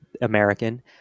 American